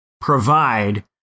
provide